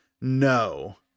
No